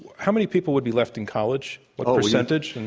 how many people would be left in college? what percentage?